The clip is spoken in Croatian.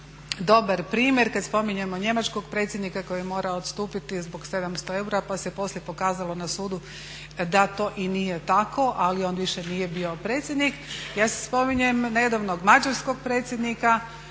dobar primjer kad spominjemo njemačkog predsjednika koji je morao odstupiti zbog 700 eura, pa se poslije pokazalo na sudu da to i nije tako, ali on više nije bio predsjednik. Ja se spominjem nedavnog mađarskog predsjednika